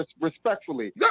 respectfully